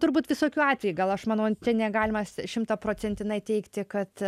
turbūt visokių atvejų gal aš manau negalima šimtaprocentinai teigti kad